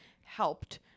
helped